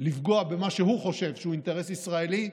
לפגוע במה שהוא חושב שהוא אינטרס ישראלי,